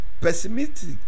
pessimistic